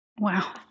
Wow